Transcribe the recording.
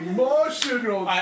Emotional